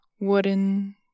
wooden